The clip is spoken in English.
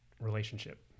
relationship